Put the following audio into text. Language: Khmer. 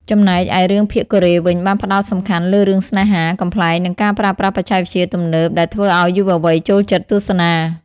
ចំណែកឯរឿងភាគកូរ៉េវិញបានផ្តោតសំខាន់លើរឿងស្នេហា កំប្លែង និងការប្រើប្រាស់បច្ចេកវិទ្យាទំនើបដែលធ្វើឲ្យយុវវ័យចូលចិត្តទស្សនា។